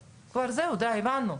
זהו, די, הבנו,